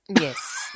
Yes